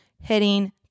hitting